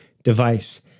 device